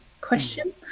question